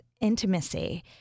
intimacy